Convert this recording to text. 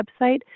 website